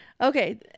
Okay